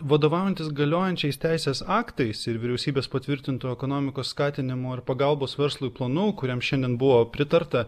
vadovaujantis galiojančiais teisės aktais ir vyriausybės patvirtintu ekonomikos skatinimo ir pagalbos verslui planu kuriam šiandien buvo pritarta